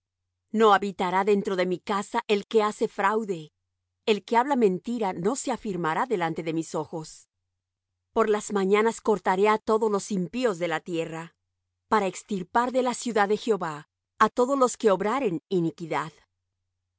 no habitará dentro de mi casa el que hace fraude el que habla mentiras no se afirmará delante de mis ojos por las mañanas cortaré á todos los impíos de la tierra para extirpar de la ciudad de jehová á todos los que obraren iniquidad